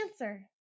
answer